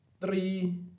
three